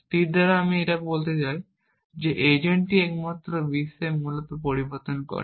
স্থির দ্বারা আমরা বলতে চাই যে এজেন্টই একমাত্র বিশ্বে মূলত পরিবর্তন করে